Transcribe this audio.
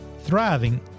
thriving